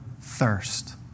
thirst